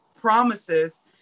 promises